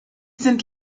sind